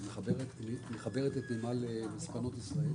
היא גם שלוח למספנות ישראל.